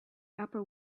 upper